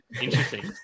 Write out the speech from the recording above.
Interesting